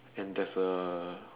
and there's a